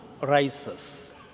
rises